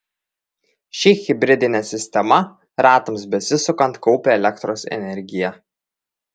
ši hibridinė sistema ratams besisukant kaupia elektros energiją